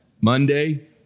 Monday